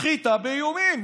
סחיטה באיומים.